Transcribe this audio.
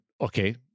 okay